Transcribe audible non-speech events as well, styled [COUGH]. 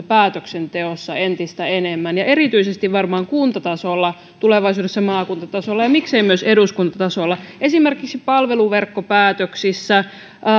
[UNINTELLIGIBLE] päätöksenteossa entistä enemmän ja erityisesti kuntatasolla tulevaisuudessa maakuntatasolla ja miksei myös eduskuntatasolla esimerkiksi palveluverkkopäätöksissä